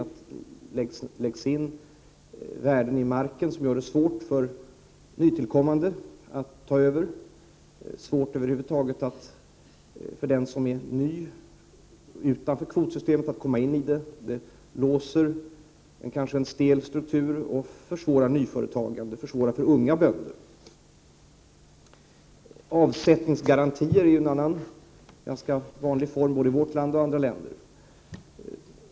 Det läggs in värden i marken som gör det svårt för nytillkommande att ta över, som över huvud taget gör det svårt för den som är ny och utanför kvotsystemet att komma in i det. Det låser en kanske stel struktur och försvårar nyföretagande, försvårar för unga bönder. Avsättningsgarantier är ju en annan ganska vanlig form både i vårt land och i andra länder.